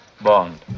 Bond